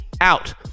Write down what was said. out